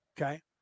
Okay